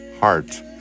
heart